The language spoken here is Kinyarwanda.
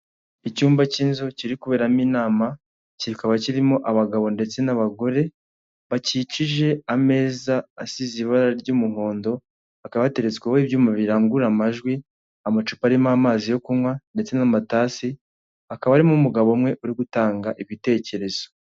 Icyumba cy'inzu kiri kuberamo inama, kikaba kirimo abagabo ndetse n'abagore bakikije ameza asize ibara ry'umuhondo, hakaba hateretsweho ibyuma birangurura amajwi, amacupa arimo amazi yo kunywa ndetse n'amatasi, hakaba harimo umugabo umwe uri gutanga ibitekerezo.